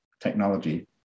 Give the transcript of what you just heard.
Technology